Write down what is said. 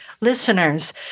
listeners